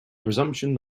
presumption